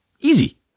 easy